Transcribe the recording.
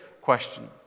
question